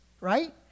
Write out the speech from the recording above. right